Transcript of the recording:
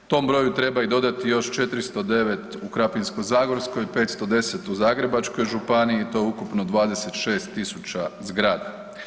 Tom broju treba i dodati još 409 u Krapinsko-zagorskoj, 510 u Zagrebačkoj županiji, to je ukupno 26000 zgrada.